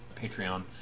Patreon